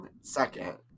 second